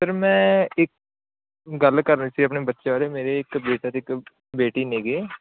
sir ਮੈਂ ਇਕ ਗੱਲ ਕਰਨੀ ਸੀ ਆਪਣੇ ਬੱਚਿਆਂ ਬਾਰੇ ਮੇਰੇ ਇੱਕ ਬੇਟੇ ਅਤੇ ਇੱਕ ਬੇਟੀ ਨੇਗੇ